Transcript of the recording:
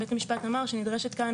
בית המשפט אמר שנדרשת כאן